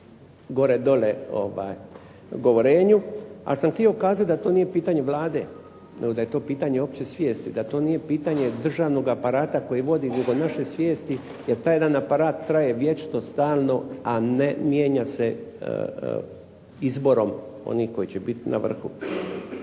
gore dole govorenju, ali sam htio kazati da to nije pitanje Vlade, nego da je to pitanje opće svijesti, da to nije pitanje državnog aparata koji vodi, nego naše svijesti, jer taj jedan aparat traje vječito, stalno a ne mijenja se izborom onih koji će biti na vrhu.